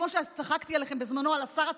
כמו שצחקתי עליכם בזמנו על השר הצמחוני,